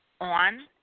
on